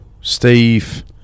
Steve